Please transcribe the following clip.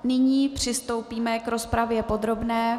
Nyní přistoupíme k rozpravě podrobné.